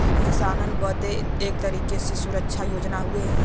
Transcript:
किसानन बदे एक तरीके के सुरक्षा योजना हउवे